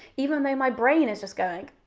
even though my brain is just going,